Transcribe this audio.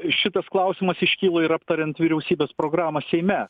šitas klausimas iškilo ir aptariant vyriausybės programą seime